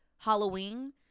Halloween